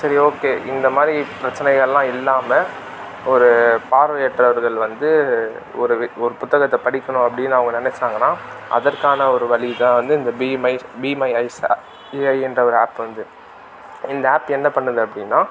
சரி ஓகே இந்த மாதிரி பிரச்சனைகள்லாம் இல்லாமல் ஒரு பார்வையற்றவர்கள் வந்து ஒரு வி ஒரு புத்தகத்தை படிக்கணும் அப்படின்னு அவங்க நினச்சாங்கன்னா அதற்கான ஒரு வழி தான் வந்து இந்த be my be my eyes ஏஐயின்ற ஒரு ஆப் வந்து இந்த ஆப் என்ன பண்ணுது அப்டின்னா